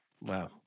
wow